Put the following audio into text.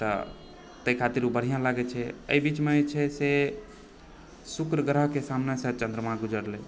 तऽ तैँ खातिर ओ बढ़िआँ लागै छै एहि बीचमे जे छै से शुक्र ग्रहके सामनेसँ चन्द्रमा गुजरलै